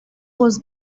was